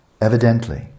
Evidently